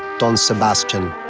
dom sebastian.